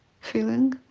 feeling